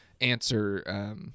answer